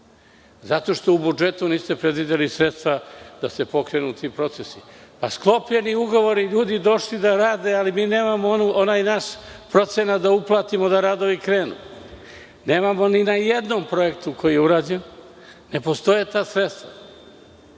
Zato što u budžetu niste predvideli sredstva da se pokrenu ti procesi. Ugovori su sklopljeni, ljudi su došli da rade, ali mi nemamo onaj naš procenat da uplatimo da radovi krenu. Nemamo ni na jednom projektu koji je urađen. Ne postoje ta sredstva.